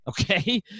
Okay